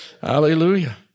Hallelujah